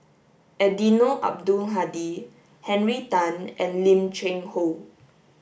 Eddino Abdul Hadi Henry Tan and Lim Cheng Hoe